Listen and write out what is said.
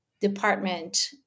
department